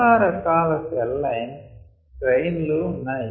చాలా రకాల cell lines strain లు ఉన్నాయి